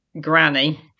granny